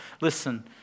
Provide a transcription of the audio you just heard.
Listen